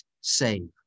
save